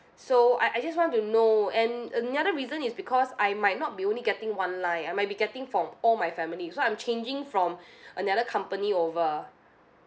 so I I just want to know and another reason is because I might not be only getting one line I might be getting from all my family so I'm changing from another company over